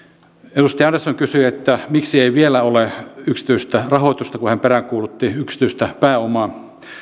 edustaja andersson kysyi miksi ei vielä ole yksityistä rahoitusta kun hän peräänkuulutti yksityistä pääomaa